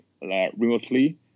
remotely